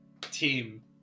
team